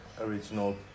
original